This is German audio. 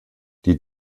die